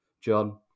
John